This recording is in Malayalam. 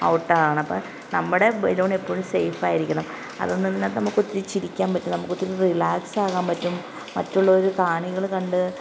ഔട്ട് ആണ് അപ്പം നമ്മുടെ ബലൂൺ അപ്പോഴും സേഫ് ആയിരിക്കണം അതുന്നുന്നു നമുക്ക് ഒത്തിരി ചിരിക്കാൻ പറ്റും നമുക്ക് ഒത്തിരി റിലാക്സ് ആകാൻ പറ്റും മറ്റുള്ളവർ കാണികൾ കണ്ടു